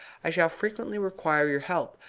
i shall frequently require your help,